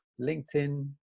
LinkedIn